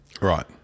Right